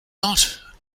not